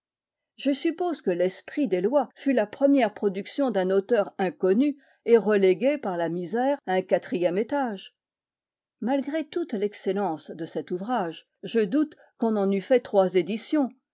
je suppose que l'esprit des lois fût la première production d'un auteur inconnu et relégué par la misère à un quatrième étage malgré toute l'excellence de cet ouvrage je doute qu'on en eût fait trois éditions